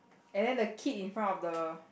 and then the kid in front of the